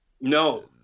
No